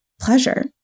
pleasure